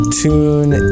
tune